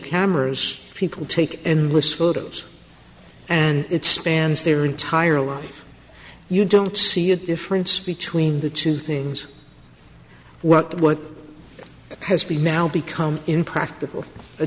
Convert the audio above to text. cameras people take endless photos and it stands their entire life you don't see a difference between the two things well what it has been now become impractical